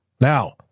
Now